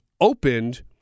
opened